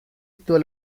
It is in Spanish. actúa